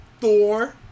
Thor